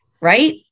right